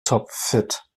topfit